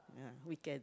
ya weekend